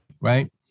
right